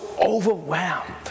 overwhelmed